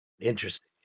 Interesting